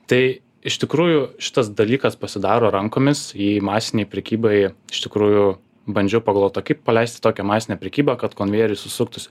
tai iš tikrųjų šitas dalykas pasidaro rankomis jį masinei prekybai iš tikrųjų bandžiau pagalvot o kaip paleisti tokią masinę prekybą kad konvejeris su suktųsi